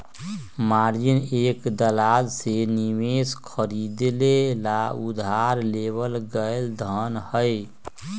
margin एक दलाल से निवेश खरीदे ला उधार लेवल गैल धन हई